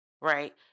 right